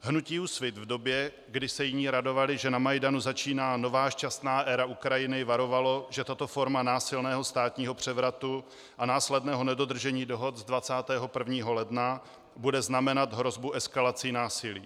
Hnutí Úsvit v době, kdy se jiní radovali, že na Majdanu začíná nová, šťastná éra Ukrajiny, varovalo, že tato forma násilného státního převratu a následného nedodržení dohod z 21. ledna bude znamenat hrozbu eskalací násilí.